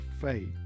faith